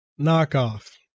knockoff